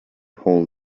whole